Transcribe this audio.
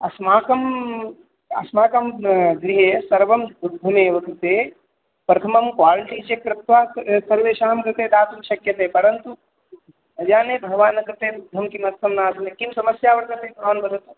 अस्माकम् अस्माकं गृहे गृहे सर्वं दुग्धमेव कृते प्रथमं क्वालिटि चेक् कृत्वा सर्वेषां कृते दातुं शक्यते परन्तु रियाने भवान् कृते दुग्धं किमर्थं नास्मि का समस्या वर्तते भवान् वदतु